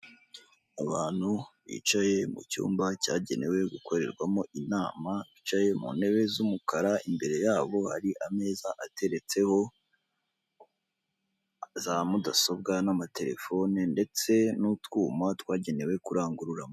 Abantu bicaye mu cyumba cyagenewe gukorerwamo inama, bicaye mu ntebe z'umukara imbere yabo hari ameza ateretseho za mudasobwa n'amatelefone, ndetse n'utwuma twagenewe kurangurura.